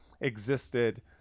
existed